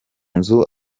nzu